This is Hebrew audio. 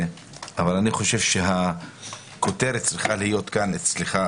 אני חושב שהכותרת צריכה להיות כאן אצלך,